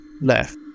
left